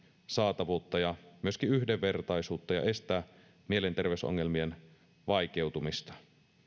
saatavuutta ja myöskin yhdenvertaisuutta ja estää mielenterveysongelmien vaikeutumista